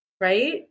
right